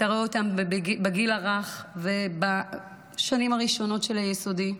אתה רואה אותם בגיל הרך ובשנים הראשונות של היסודי,